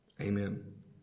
Amen